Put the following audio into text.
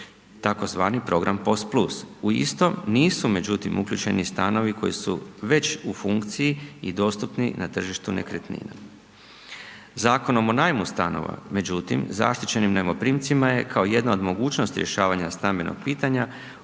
tzv. program post plus. U isto nisu međutim uključeni stanovi koji su već u funkciji i dostupni na tržištu nekretninama. Zakonom o najmu stanova, međutim zaštićenim najmoprimcima je kao jedna od mogućnosti rješavanja stambenog pitanja